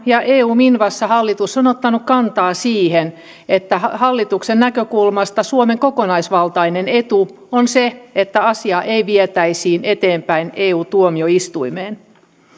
ja eu minvassa hallitus on ottanut kantaa siihen että hallituksen näkökulmasta suomen kokonaisvaltainen etu on se että asiaa ei vietäisi eteenpäin eu tuomioistuimeen